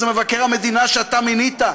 זה מבקר המדינה שאתה מינית,